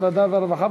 העבודה והרווחה?